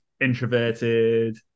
Introverted